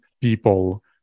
people